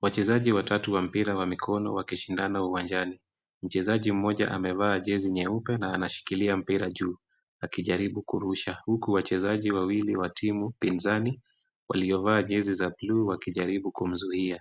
Wachezaji watatu wa mpira wa mikono wakishindana uwanjani. Mchezaji mmoja amevaa jezi nyeupe na anashikilia mpira juu akijaribu kurusha. Huku wachezaji wawili wa timu pinzani waliovaa jezi za bluu wakijaribu kumzuia.